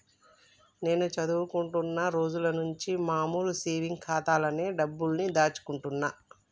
నేను చదువుకుంటున్న రోజులనుంచి మామూలు సేవింగ్స్ ఖాతాలోనే డబ్బుల్ని దాచుకుంటున్నా